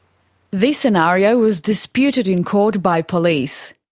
this scenario was disputed in court by police.